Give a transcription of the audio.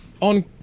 on